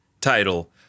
title